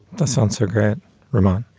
the sensor grant um